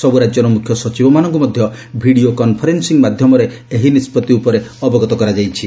ସବୁ ରାଜ୍ୟର ମୁଖ୍ୟ ସଚିବ ମାନଙ୍କୁ ମଧ୍ୟ ଭିଡିଓ କନ୍ଫରେନ୍ଦିଂ ମାଧ୍ୟମରେ ଏହି ନିଷ୍ପଭି ଉପରେ ଅବଗତ କରାଯାଇଛି